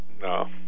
No